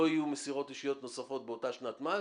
לא יהיו מסירות אישיות נוספות באותה שנת מס.